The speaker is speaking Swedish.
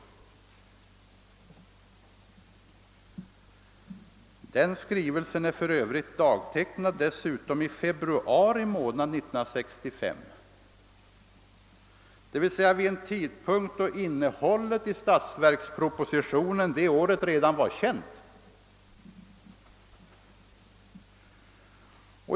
Den skrivelsen är för övrigt dagtecknad i februari månad 1965, d.v.s. vid en tidpunkt då innehållet i det årets statsverksproposition redan var känt.